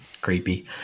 Creepy